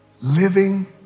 living